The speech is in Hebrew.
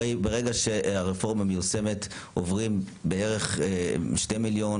הרי ברגע שהרפורמה מיושמת עוברים בערך 2 מיליון שקלים,